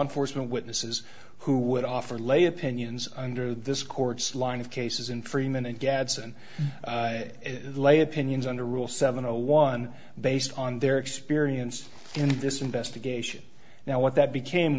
enforcement witnesses who would offer lay opinions under this court's line of cases in freeman and gadson lay opinions under rule seven zero one based on their experience in this investigation now what that became